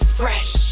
fresh